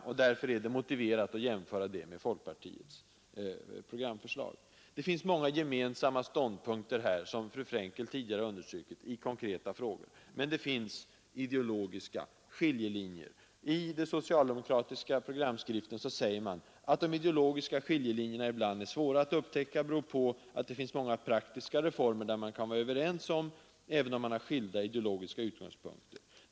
Det är därför motiverat att jämföra det med folkpar tiets programförslag. Det finns många gemensamma ståndpunkter, som tidigare fru Frenkel understrukit, i konkreta frågor, men det finns också ideologiska skiljelinjer. I den socialdemokratiska programskriften säger man: ”Att de ideologiska skiljelinjerna ibland är svåra att upptäcka beror på, att det finns många praktiska reformer där man kan vara överens även om man har skilda ideologiska utgångspunkter.